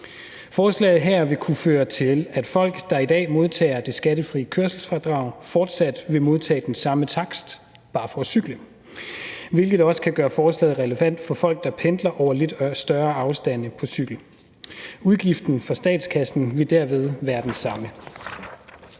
Forslaget her vil kunne føre til, at folk, der i dag modtager det skattefri kørselsfradrag, fortsat vil modtage den samme takst, bare for at cykle, hvilket også kan gøre forslaget relevant for folk, der pendler over lidt større afstande på cykel. Udgiften for statskassen vil derved være den samme.